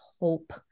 hope